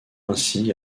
ainsi